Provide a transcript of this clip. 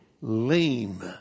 lame